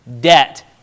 debt